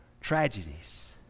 tragedies